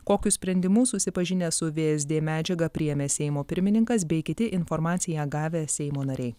kokius sprendimus susipažinęs su vsd medžiaga priėmė seimo pirmininkas bei kiti informaciją gavę seimo nariai